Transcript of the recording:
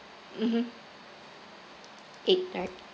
mmhmm eight right